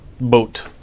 boat